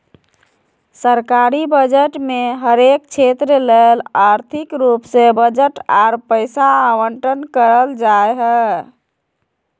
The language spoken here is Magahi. सरकारी बजट मे हरेक क्षेत्र ले आर्थिक रूप से बजट आर पैसा आवंटन करल जा हय